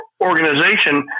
organization